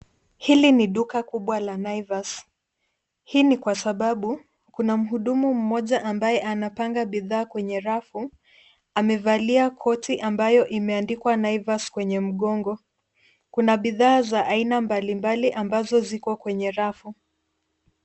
Hili ni duka kubwa la Naivas . Hii ni kwa sababu kuna mhudumu mmoja ambaye anapanga bidhaa kwenye rafu. Amevalia koti ambayo imeandikwa Naivas kwenye mgongo. Kuna bidhaa za aina mbalimbali ambazo ziko kwenye rafu.